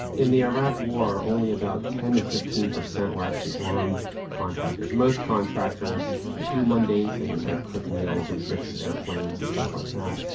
in the iraq war, only about ten percent to fifteen percent were actually armed contractors. most contractors do mundane things like cook meals and fix aeroplanes and stuff like that,